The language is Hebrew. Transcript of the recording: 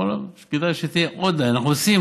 כדאי שתהיה עוד, אנחנו עושים.